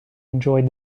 enjoyed